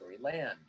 Land